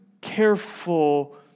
careful